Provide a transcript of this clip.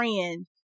friend